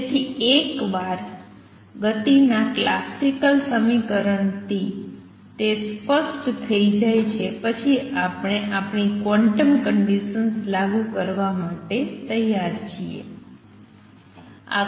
તેથી એકવાર ગતિના ક્લાસિકલ સમીકરણથી તે સ્પષ્ટ થઈ જાય છે પછી આપણે આપણી ક્વોન્ટમ કંડીસન્સ લાગુ કરવા માટે તૈયાર છીએ